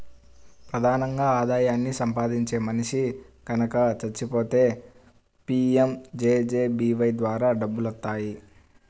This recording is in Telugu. ప్రధానంగా ఆదాయాన్ని సంపాదించే మనిషి గనక చచ్చిపోతే పీయంజేజేబీవై ద్వారా డబ్బులొత్తాయి